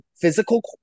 physical